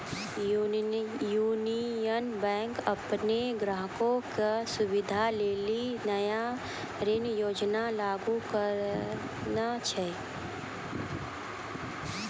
union Bank अपनो ग्राहको के सुविधा लेली नया ऋण योजना लागू करने छै